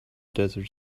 desert